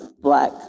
black